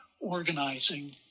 organizing